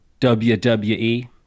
WWE